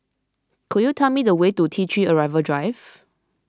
could you tell me the way to T three Arrival Drive